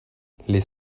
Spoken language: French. les